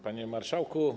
Panie Marszałku!